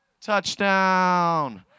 Touchdown